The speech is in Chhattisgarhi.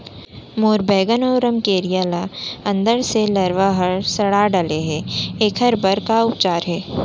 मोर बैगन अऊ रमकेरिया ल अंदर से लरवा ह सड़ा डाले हे, एखर बर का उपचार हे?